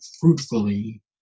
fruitfully